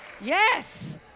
yes